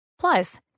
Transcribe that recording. Plus